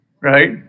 right